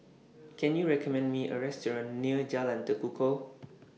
Can YOU recommend Me A Restaurant near Jalan Tekukor